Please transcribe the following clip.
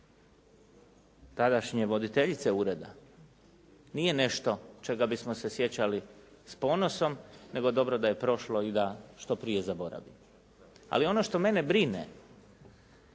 tadašnje voditeljice ureda nije nešto čega bismo se sjećali s ponosom nego dobro da je prošlo i da što prije zaboravimo. Ali ono što mene brine